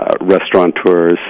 restaurateurs